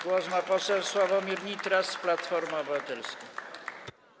Głos ma poseł Sławomir Nitras, Platforma Obywatelska.